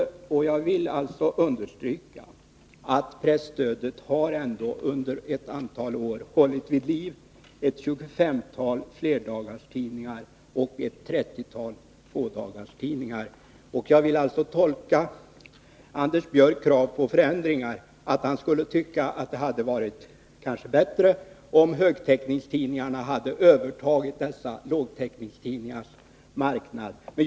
Jag vill understryka att presstödet ändå under ett antal år har hållit vid liv ett tjugofemtal flerdagarstidningar och ett trettiotal fådagarstidningar. Jag vill tolka Anders Björcks krav på förändringar så, att han tycker det skulle ha varit bättre om högtäckningstidningarna övertagit lågtäckningstidningarnas marknad.